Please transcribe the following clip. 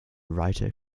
writer